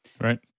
right